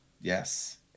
Yes